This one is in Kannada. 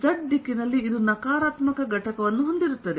z ದಿಕ್ಕಿನಲ್ಲಿ ಇದು ನಕಾರಾತ್ಮಕ ಘಟಕವನ್ನು ಹೊಂದಿರುತ್ತದೆ